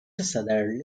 southerly